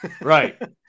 right